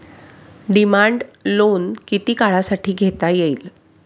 Demand loan किती काळासाठी घेता येईल?